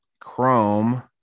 Chrome